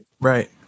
Right